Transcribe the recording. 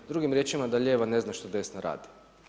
Drugim riječima da lijeva ne zna što desna radi.